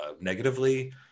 negatively